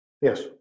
Yes